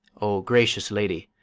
o gracious lady,